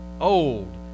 old